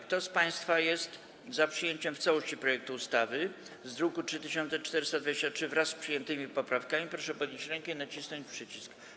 Kto z państwa jest za przyjęciem w całości projektu ustawy w brzmieniu z druku nr 3423, wraz z przyjętymi poprawkami, proszę podnieść rękę i nacisnąć przycisk.